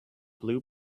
blue